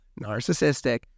narcissistic